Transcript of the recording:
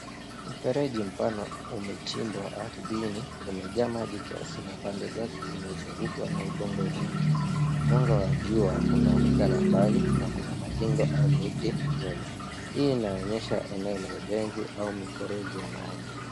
Mfereji mpana umechimbwa ardhini. Umejaa maji kiasi na pande zake zimezungukwa na udongo mwingi. Mwanga wa jua unaonekana mbali na kuna majengo au miti nyuma. Hii inaonyesha eneo la ujenzi au mifereji ya maji.